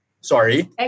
Sorry